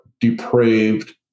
depraved